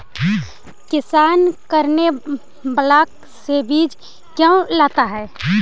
किसान करने ब्लाक से बीज क्यों लाता है?